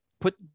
put –